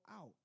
out